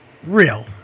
real